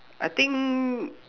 I think